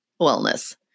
wellness